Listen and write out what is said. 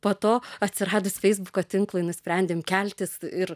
po to atsiradus feisbuko tinklui nusprendėm keltis ir